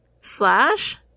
slash